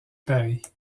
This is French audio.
paris